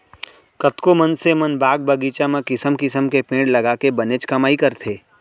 कतको मनसे मन बाग बगीचा म किसम किसम के पेड़ लगाके बनेच कमाई करथे